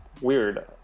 weird